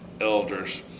elders